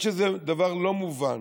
יש איזה דבר לא מובן